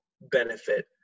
benefit